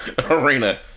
arena